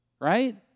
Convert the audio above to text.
right